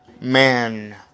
man